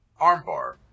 armbar